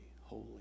Holy